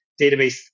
database